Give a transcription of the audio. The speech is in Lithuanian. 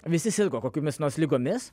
visi sirgo kokiomis nors ligomis